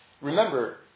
remember